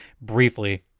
briefly